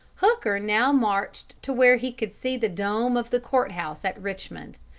hooker now marched to where he could see the dome of the court-house at richmond,